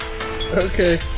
Okay